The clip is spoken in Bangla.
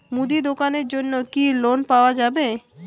মুদি দোকানের জন্যে কি লোন পাওয়া যাবে?